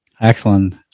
excellent